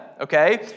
okay